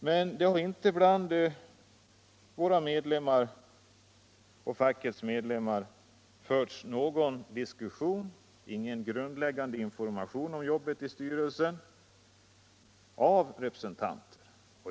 Men bland fackets medlemmar har det inte förts någon diskussion eller lämnats någon grundläggande information av representanten om jobbet i styrelsen.